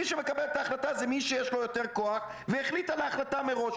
מי שמקבל את ההחלטה זה מי שיש לו יותר כוח והחליט על ההחלטה הזאת מראש.